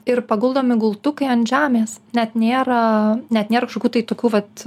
ir paguldomi gultukai ant žemės net nėra net nėr tokių pat